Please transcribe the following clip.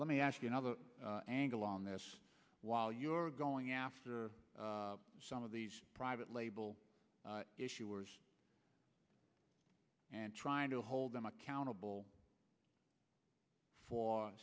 let me ask you another angle on this while you're going after some of these private label issuers and trying to hold them accountable for